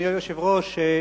אדוני היושב-ראש,